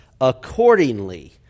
accordingly